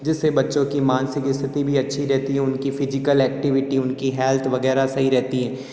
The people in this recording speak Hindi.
जिससे बच्चों की मानसिक स्थिति भी अच्छी रहती है उनकी फिज़िकल एक्टीविटी उनकी हेल्थ वगैरह सही रहती है